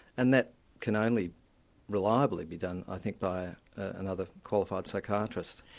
and that can only reliably be done i think by another qualified psychiatrist.